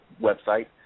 website